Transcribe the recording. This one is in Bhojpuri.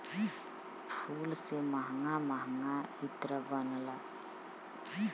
फूल से महंगा महंगा इत्र बनला